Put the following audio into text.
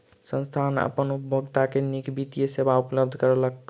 संस्थान अपन उपभोगता के नीक वित्तीय सेवा उपलब्ध करौलक